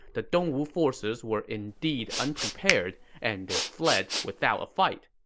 the dongwu forces were indeed unprepared, and they fled without a fight.